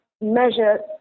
measure